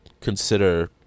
consider